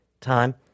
time